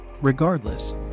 Regardless